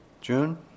June